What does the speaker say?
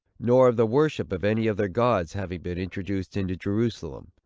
nor of the worship of any of their gods having been introduced into jerusalem.